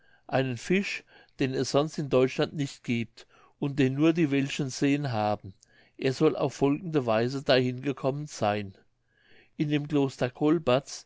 einen fisch den es sonst in deutschland nicht gibt und den nur die welschen seen haben er soll auf folgende weise dahin gekommen sein in dem kloster